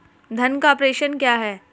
धन का प्रेषण क्या है?